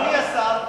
אדוני השר,